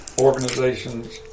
organizations